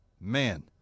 man